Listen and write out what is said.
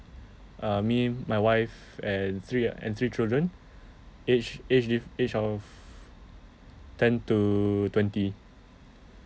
uh me my wife and three and three children age age di~ age of ten to twenty